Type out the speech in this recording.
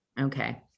Okay